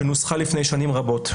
שנוסחה לפני שנים רבות.